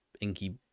inky